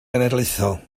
genedlaethol